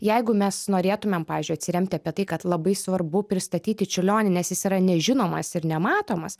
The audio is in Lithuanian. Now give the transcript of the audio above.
jeigu mes norėtumėm pavyzdžiui atsiremti apie tai kad labai svarbu pristatyti čiurlionį nes jis yra nežinomas ir nematomas